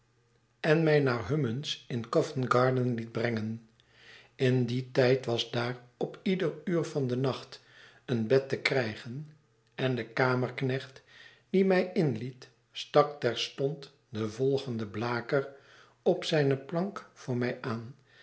en mij naar de hummuns in co vent garden liet brengen in dien tijd was daar op ieder uur van den nacht een bed te krijgen en de kamerknecht die mij inlie stak terstond den volgenden blaker op zfhe plank voor mij aan